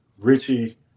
Richie